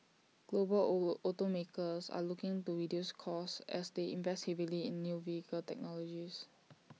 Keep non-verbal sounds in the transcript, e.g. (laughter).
global (unintelligible) automakers are looking to reduce costs as they invest heavily in new vehicle technologies